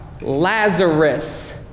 Lazarus